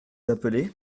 appeler